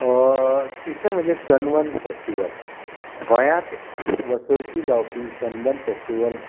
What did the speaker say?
तिसरें म्हणजे Sunburn festival गोंयांत वसुर्की जावपी सनबर्न फेस्टीवल